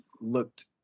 looked